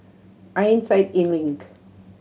Ironside Link